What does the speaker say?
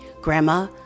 Grandma